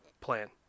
plan